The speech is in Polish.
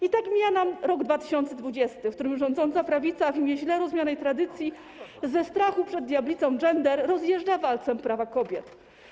I tak mija nam rok 2020, w którym rządząca prawica, w imię źle rozumianej tradycji, ze strachu przed diablicą gender, rozjeżdża walcem prawa kobiet.